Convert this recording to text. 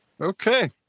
Okay